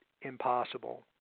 impossible